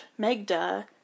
Megda